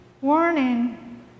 Warning